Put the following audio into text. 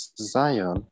Zion